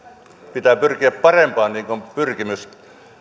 pitää pyrkiä parempaan niin kuin on pyrkimys